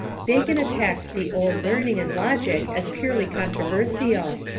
bacon attacked the old learning and logic as purely controversial,